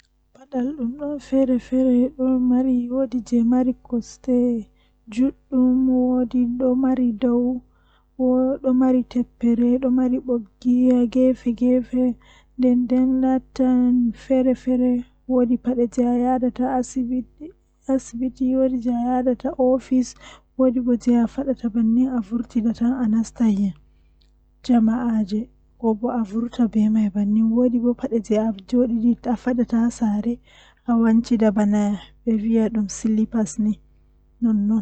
Ndikkinami maayo dow kooseeje ngam maayo do don mari ndiyam haa nbder jei awawata yarugo ndiyamman yara loota loota limsema awada ko ayidi kala bi adamaajo fu don mai haaje ndiyam amma kooseje nafu maajum sedda